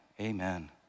amen